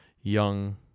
young